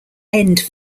end